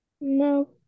No